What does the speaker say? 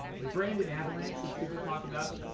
the brandon avalanche, which people talk about,